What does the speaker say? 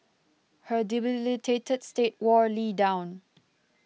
her debilitated state wore Lee down